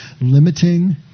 limiting